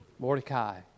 Mordecai